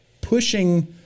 pushing